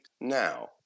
now